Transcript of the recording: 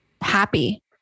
happy